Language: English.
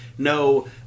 No